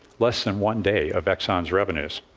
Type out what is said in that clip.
less than one day of exxon's revenues.